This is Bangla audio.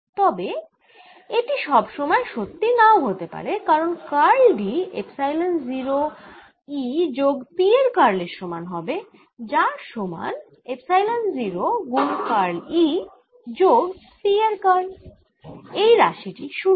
তবে এটি সব সময় সত্যি না ও হতে পারে কারণ কার্ল D এপসাইলন 0 E যোগ P এর কার্লের সমান হবে যার সমান এপসাইলন 0 গুণ E এর কার্ল যোগ P এর কার্ল এই রাশি টি 0